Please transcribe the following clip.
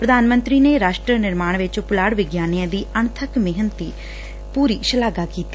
ਪ੍ਰਧਾਨ ਮੰਤਰੀ ਨੇ ਰਾਸ਼ਟਰ ਨਿਰਮਾਣ ਵਿਚ ਪੁਲਾੜ ਵਿਗਿਆਨੀਆਂ ਦੀ ਅਣਬੱਕ ਮਿਹਨਤ ਦੀ ਪੁਰੀ ਸ਼ਲਾਘਾ ਕੀਤੀ